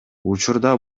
учурда